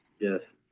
Yes